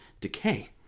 decay